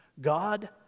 God